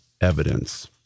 evidence